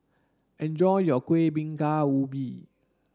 enjoy your kuih bingka ubi